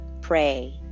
pray